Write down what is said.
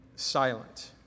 silent